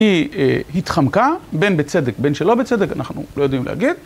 היא התחמקה, בין בצדק בין שלא בצדק, אנחנו לא יודעים להגיד